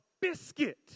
biscuit